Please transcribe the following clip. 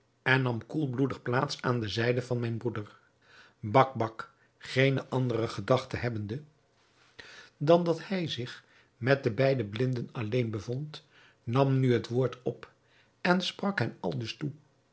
en nam koelbloedig plaats aan de zijde van mijn broeder bakbac geene andere gedachten hebbende dan dat hij zich met de beide blinden alleen bevond nam nu het woord op en sprak hen aldus toe